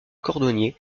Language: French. cordonnier